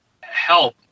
help